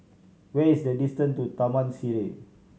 where is the distance to Taman Sireh